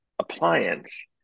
appliance